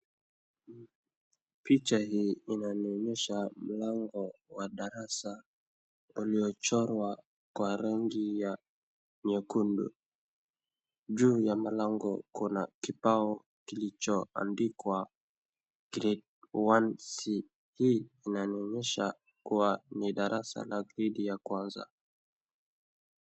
Picha hii inanionyesha mlango wa darasa uliochorwa kwa rangi ya nyekundu. Juu ya mlango kuna kibao kilicho andikwa Grade one C hii inanionyesha kuwa ni darasa la gredi ya kwanza.